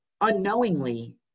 unknowingly